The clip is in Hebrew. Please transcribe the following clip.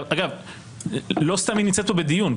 אגב לא סתם היא נמצאת פה בדיון,